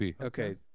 Okay